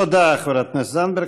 תודה לחברת הכנסת זנדברג.